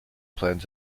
planned